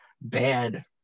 bad